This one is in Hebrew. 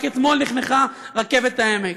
רק אתמול נחנכה רכבת העמק.